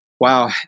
Wow